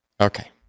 Okay